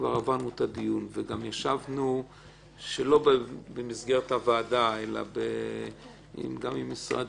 וכבר עברנו את הדיון וגם ישבנו שלא במסגרת הוועדה אלא גם עם המשרד